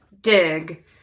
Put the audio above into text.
dig